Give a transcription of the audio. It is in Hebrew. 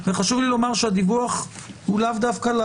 וחשוב לי לומר שהדיווח הוא לאו דווקא,